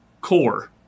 core